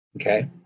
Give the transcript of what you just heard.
okay